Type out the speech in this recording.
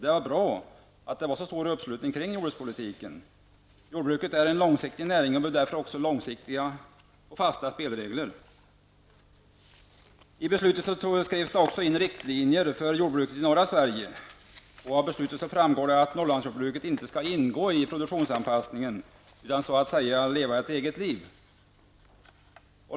Det var bra att det var en så stor uppslutning kring jordbrukspolitiken. Jordbruket är en långsiktig näring och behöver därför också långsiktiga och fasta spelregler. I beslutet skrevs också in riktlinjer för jordbruket i norra Sverige. Av beslutet framgår att Norrlandsjordbruket inte skall ingå i produktionsanpassningen utan så att säga leva ett eget liv.